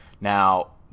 Now